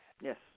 Yes